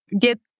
get